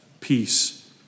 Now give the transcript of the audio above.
peace